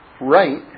right